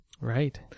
Right